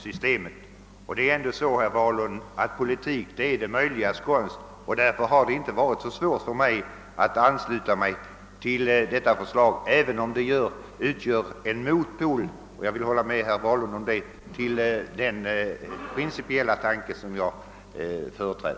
Politik är ändå, herr Wahlund, det möjligas konst, och därför har det inte varit så svårt för mig att ansluta mig till detta förslag, även om det utgör en motpol till den principiella tanke som jag omfattar. Det vill jag hålla med om, herr Wahlund.